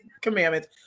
Commandments